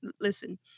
Listen